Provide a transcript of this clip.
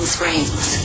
Springs